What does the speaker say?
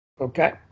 okay